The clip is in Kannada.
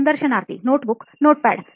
ಸಂದರ್ಶನಾರ್ಥಿ Notebook Notepad